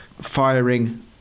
firing